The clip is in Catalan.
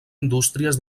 indústries